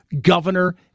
governor